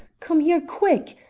come here quick.